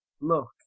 look